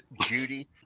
Judy